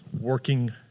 working